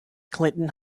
clinton